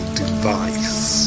device